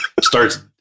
starts